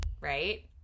right